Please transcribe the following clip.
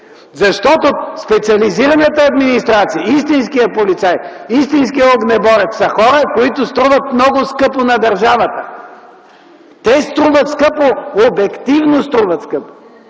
Защото специализираната администрация, истинският полицай, истинският огнеборец са хора, които струват много скъпо на държавата. Те обективно струват скъпо,